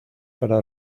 para